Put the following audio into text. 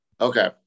Okay